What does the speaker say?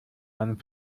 einem